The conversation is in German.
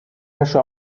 wäsche